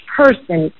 person